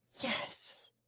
Yes